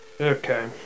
Okay